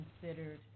considered